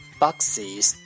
boxes